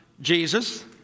Jesus